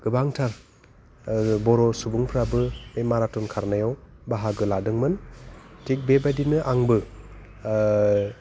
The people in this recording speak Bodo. गोबांथार बर' सुबुंफ्राबो बे माराथन खारनायाव बाहागो लादोंमोन थिग बेबायदिनो आंबो